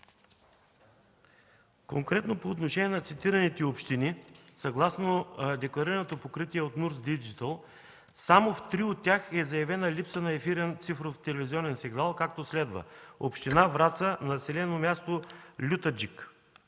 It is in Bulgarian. Конкретно по отношение на цитираните общини съгласно декларираното покритие от Nurts Digital – само в три от тях е заявена липса на ефирен цифров телевизионен сигнал, както следва: община Враца – населено място Лютаджик;